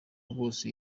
rwose